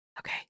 okay